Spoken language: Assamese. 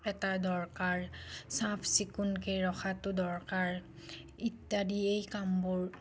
এটা দৰকাৰ চাফ চিকুনকৈ ৰখাটো দৰকাৰ ইত্যাদি এই কামবোৰ